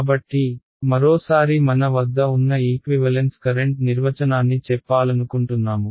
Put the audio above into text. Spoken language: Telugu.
కాబట్టి మరోసారి మన వద్ద ఉన్న ఈక్వివలెన్స్ కరెంట్ నిర్వచనాన్ని చెప్పాలనుకుంటున్నాము